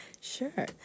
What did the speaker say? Sure